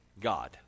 God